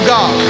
God